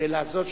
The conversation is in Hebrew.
שאלה זו,